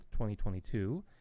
2022